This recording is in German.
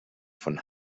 von